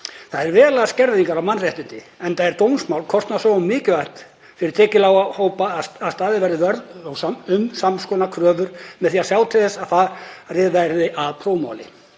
Það er veruleg skerðing á mannréttindum, enda er dómsmál kostnaðarsamt og mikilvægt fyrir tekjulága hópa að staðinn verði vörður um sams konar kröfur með því að sjá til þess að farið verði að prófmáli.